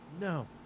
no